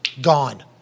gone